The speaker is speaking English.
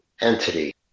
entity